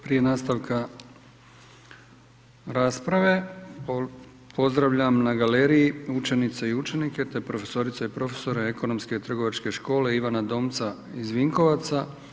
Prije nastavka rasprave pozdravljam na galeriji učenice i učenike te profesorice i profesore Ekonomske i trgovačke škole Ivana Domca iz Vinkovaca.